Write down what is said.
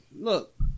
look